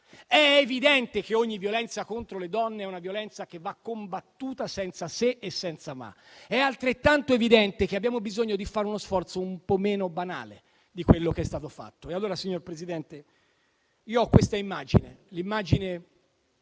È evidente che ogni violenza contro le donne è una violenza che va combattuta senza se e senza ma. Ma è altrettanto evidente che abbiamo bisogno di fare uno sforzo un po' meno banale di quello che è stato fatto. Signor Presidente, ho l'immagine